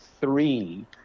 three